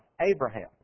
Abraham